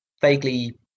vaguely